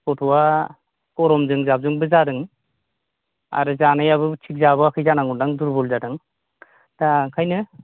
गथ'आ गरमजों जाबजोंबो जादों आरो जानायाबो थिक जाबोआखै जानांगौदां दुरबल जादों दा ओंखायनो